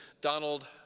Donald